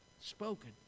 spoken